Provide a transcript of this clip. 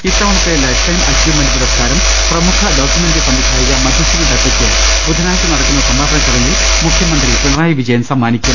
ഇത്തവണത്തെ lifetime achievement പുരസ്കാരം പ്രമുഖ ഡോക്യുമെന്റി സംവിധായിക മധുശ്രീ ദത്തയ്ക്ക് ബുധനാഴ്ച നടക്കുന്ന സമാപന ചടങ്ങിൽ മുഖ്യമന്ത്രി പിണറായി വിജയൻ സമ്മാ നിക്കും